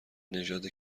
نژاد